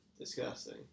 Disgusting